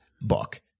book